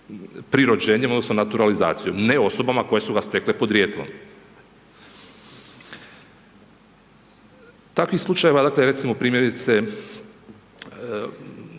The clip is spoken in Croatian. pri rođenjem odnosno naturalizacijom, ne osobama koje su ga stekle podrijetlom. Takvih slučajeva dakle recimo primjerice